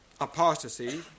apostasy